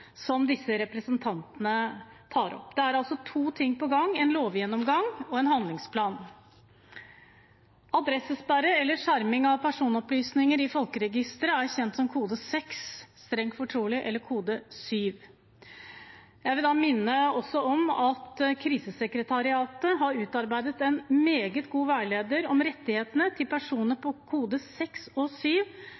som disse representantene tar opp. Det er altså to ting på gang: en lovgjennomgang og en handlingsplan. Adressesperre eller skjerming av personopplysninger i folkeregisteret er kjent som kode 6, strengt fortrolig adresse, eller kode 7, fortrolig adresse. Jeg vil da minne om at Krisesentersekretariatet har utarbeidet en meget god veileder om rettighetene til personer